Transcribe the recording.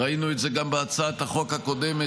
ראינו את זה גם בהצעת החוק הקודמת,